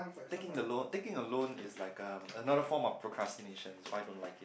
taking the loan taking a loan is like um another form of procrastination so I don't like it